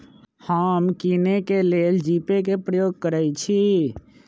हम किने के लेल जीपे कें प्रयोग करइ छी